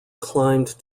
climbed